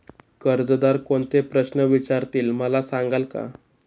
कर्जदार कोणते प्रश्न विचारतील, मला सांगाल का?